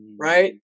right